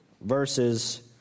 verses